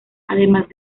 además